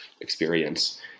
experience